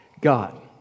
God